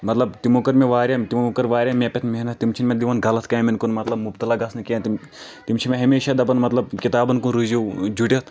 مطلب تِمو کٔر مےٚ واریاہ تِمو کٔر واریاہ مےٚ پٮ۪ٹھ محنت تِم چھِنہٕ مےٚ دِوان غلط کامٮ۪ن کُن مطلب مُبطلہ گژھنہٕ کینٛہہ مطلب تِم چھِ مےٚ ہمیشہ دپان مطلب کتابن کُن روٗزِو جُرِتھ